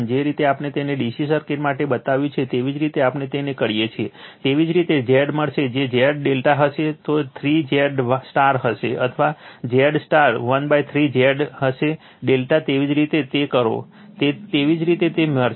જે રીતે આપણે તેને DC સર્કિટ માટે બનાવ્યું છે તેવી જ રીતે આપણે તેને કરીએ છીએ તેવી જ રીતે Z મળશે જો Z ∆ હશે તો 3 Z Y હશે અથવા Z Y 13 Z હશે ∆ તેવી જ રીતે તે કરો તેવી જ રીતે તે મળશે